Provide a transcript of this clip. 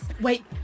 Wait